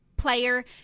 player